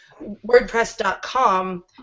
WordPress.com